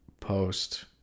post